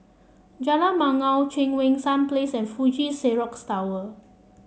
Jalan Bangau Cheang Wan Seng Place and Fuji Xerox Tower